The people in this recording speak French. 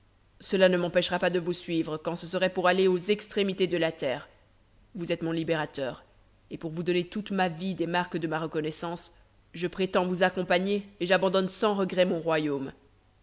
cela ne m'empêchera pas de vous suivre quand ce serait pour aller aux extrémités de la terre vous êtes mon libérateur et pour vous donner toute ma vie des marques de ma reconnaissance je prétends vous accompagner et j'abandonne sans regret mon royaume